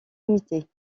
limitée